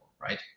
right